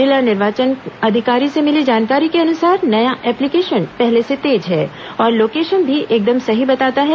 जिला निर्वाचन अधिकारी से मिली जानकारी के अनुसार नया एप्लीकेशन पहले से तेज है और लोकेशन भी एकदम सही बताता है